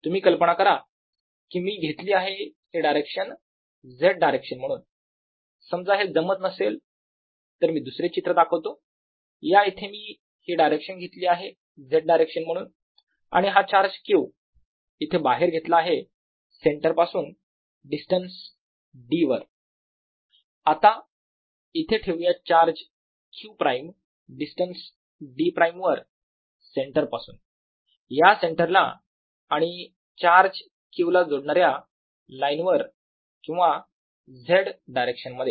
तुम्ही कल्पना करा की मी घेतली आहे ही डायरेक्शन Z डायरेक्शन म्हणून समजा हे जमत नसेल तर मी दुसरे चित्र दाखवतो या इथे मी ही डायरेक्शन घेतली आहे Z डायरेक्शन म्हणून आणि हा चार्ज q इथे बाहेर घेतला आहे सेंटर पासून डिस्टन्स d वर आता इथे ठेवूया चार्ज q′ डिस्टन्स d′ वर सेंटर पासून या सेंटरला आणि चार्ज q ला जोडणाऱ्या लाईनवर किंवा Z डायरेक्शन मध्ये